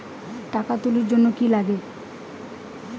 টাকা তুলির জন্যে কি লাগে?